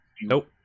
Nope